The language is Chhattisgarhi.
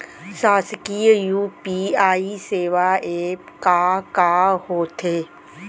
शासकीय यू.पी.आई सेवा एप का का होथे?